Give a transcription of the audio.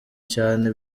cyane